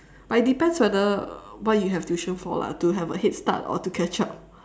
but it depends whether why you have tuition for lah to have a head start or to catch up